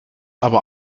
aber